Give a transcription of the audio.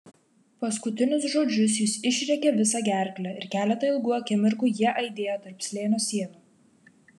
paskutinius žodžius jis išrėkė visa gerkle ir keletą ilgų akimirkų jie aidėjo tarp slėnio sienų